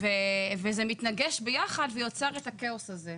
וזה מתנגש ביחד ויוצר את הכאוס הזה.